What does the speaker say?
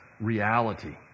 reality